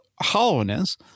hollowness